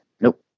nope